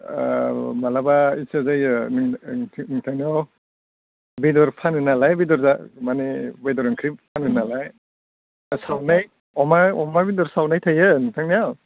माब्लाबा गोसो जायो नोंथांनियाव बेदर फानो नालाय बेदर माने बेदर ओंख्रि फानो नालाय सावनाय अमा अमा बेदर सावनाय थायो नोंथांनियाव